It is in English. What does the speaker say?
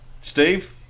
Steve